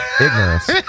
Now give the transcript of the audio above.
ignorance